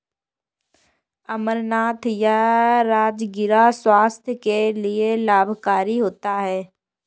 अमरनाथ या राजगिरा स्वास्थ्य के लिए लाभकारी होता है